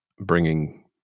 bringing